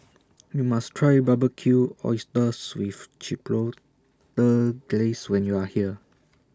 YOU must Try Barbecued Oysters with Chipotle Glaze when YOU Are here